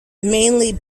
mainly